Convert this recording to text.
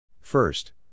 First